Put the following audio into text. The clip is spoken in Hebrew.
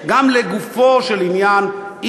גם לגופו של עניין,